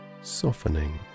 softening